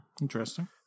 interesting